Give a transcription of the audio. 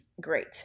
great